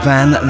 Van